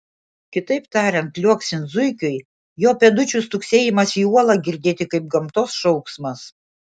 kitaip tariant liuoksint zuikiui jo pėdučių stuksėjimas į uolą girdėti kaip gamtos šauksmas